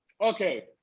Okay